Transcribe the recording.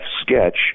sketch